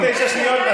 עוד תשע שניות?